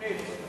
השמינית.